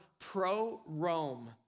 Pro-Rome